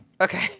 Okay